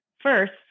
first